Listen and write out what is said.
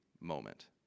moment